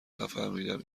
نفهمیدم